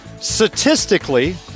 statistically